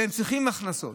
והם צריכים הכנסות,